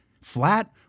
flat